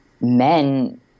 men